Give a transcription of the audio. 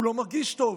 הוא לא מרגיש טוב,